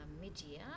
mid-year